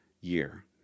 year